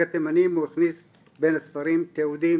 התימנים הוא הכניס בין הספרים תיעודים,